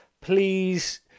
please